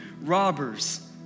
robbers